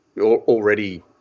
already